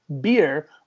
beer